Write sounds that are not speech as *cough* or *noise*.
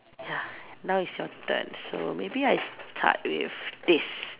ya now is your turn *noise* so maybe I start with this